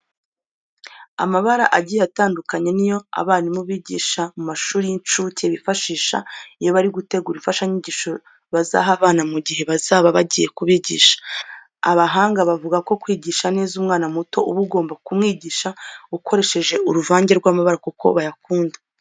Amabara agiye atandukanye ni yo abarimu bigisha mu mashuri y'incuke bifashisha iyo bari gutegura imfashanyigisho bazaha abana mu gihe bazaba bagiye kubigisha. Abahanga bavuga ko kwigisha neza umwana muto uba ugomba kumwigisha ukoresheje uruvange rw'amabara kuko bayakunda.